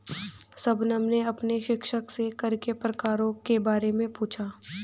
शबनम ने अपने शिक्षक से कर के प्रकारों के बारे में पूछा